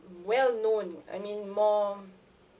well known I mean more